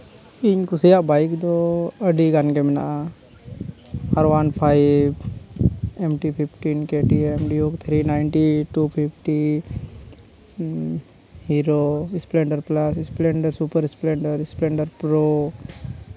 ᱤᱧ ᱠᱩᱥᱤᱭᱟᱜ ᱵᱟᱭᱤᱠ ᱫᱚ ᱟᱹᱰᱤᱜᱟᱱ ᱜᱮ ᱢᱮᱱᱟᱜᱼᱟ ᱟᱨ ᱚᱣᱟᱱ five M T fifteen KTM nine three two fifty Hero Splendor plus Splendor super Splendor Splendor ᱯᱨᱳ